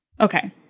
Okay